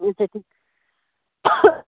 اچھا ٹھیٖک